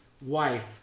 wife